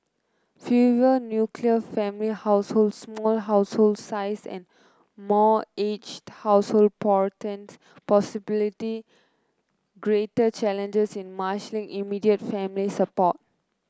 fewer nuclear family households small household size and more aged household portend possibility greater challenges in marshalling immediate family support